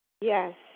Yes